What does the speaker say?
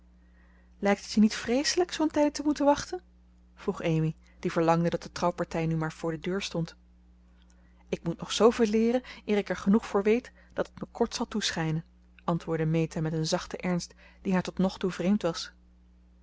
lijkt het je niet vreeselijk zoo'n tijd te moeten wachten vroeg amy die verlangde dat de trouwpartij nu maar voor de deur stond ik moet nog zooveel leeren eer ik er genoeg voor weet dat het me kort zal toeschijnen antwoordde meta met een zachten ernst die haar tot nog toe vreemd was